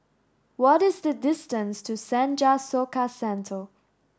what is the distance to Senja Soka Centre